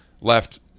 left